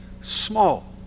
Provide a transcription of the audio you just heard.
small